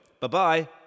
Bye-bye